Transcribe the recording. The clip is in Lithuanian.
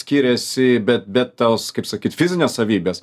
skiriasi bet bet tas kaip sakyt fizinės savybės